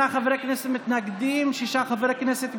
58 חברי כנסת מתנגדים ושישה חברי כנסת בעד.